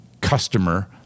customer